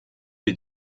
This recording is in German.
wir